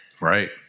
Right